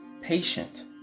patient